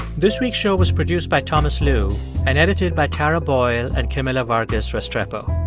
this week's show was produced by thomas lu and edited by tara boyle and camila vargas restrepo.